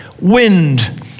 wind